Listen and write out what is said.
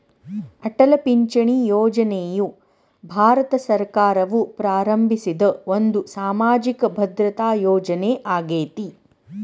ಅಟಲ್ ಪಿಂಚಣಿ ಯೋಜನೆಯು ಭಾರತ ಸರ್ಕಾರವು ಪ್ರಾರಂಭಿಸಿದ ಒಂದು ಸಾಮಾಜಿಕ ಭದ್ರತಾ ಯೋಜನೆ ಆಗೇತಿ